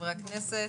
חברי הכנסת